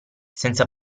senza